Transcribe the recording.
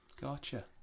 Gotcha